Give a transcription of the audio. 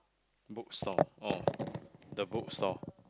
book store oh the book store